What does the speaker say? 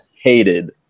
hated